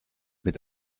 mit